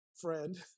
friend